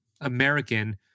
American